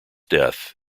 death